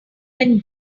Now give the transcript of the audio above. went